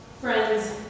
Friends